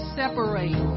separate